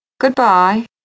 Goodbye